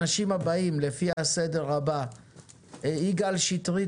הכנסת יעל רון ולדברים שאמרו אחרים.